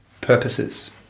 purposes